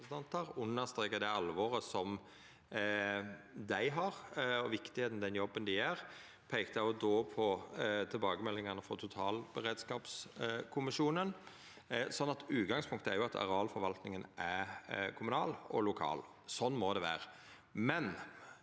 understrekte ansvaret som dei har, og viktigheita av den jobben dei gjer. Eg peikte òg på tilbakemeldingane frå totalberedskapskommisjonen. Utgangspunktet er at arealforvaltninga er kommunal og lokal, og sånn må det vera.